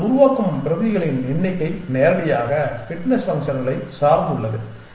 நீங்கள் உருவாக்கும் பிரதிகளின் எண்ணிக்கை நேரடியாக ஃபிட்னஸ் ஃபங்ஷன்களை சார்ந்துள்ளது